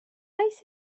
oes